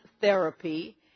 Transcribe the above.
therapy